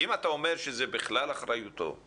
אם אתה אומר שזה בכלל אחריותו,